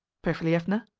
perfilievna.